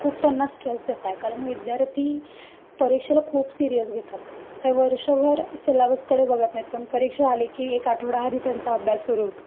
खूप त्यांना स्ट्रेस देत आहे कारण विद्यार्थी परीक्षेला खूप सिरीयस घेतात त्या वर्षभर सिलॅबसकडे बघत नाहीत पण परीक्षा आली की एक आठवडाआधी त्यांचा अभ्यास सुरू होतो